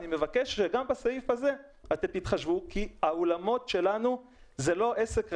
אני מבקש שגם בסעיף הזה אתם תתחשבו כי האולמות שלנו זה לא עסק רגיל,